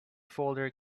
folder